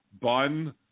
bun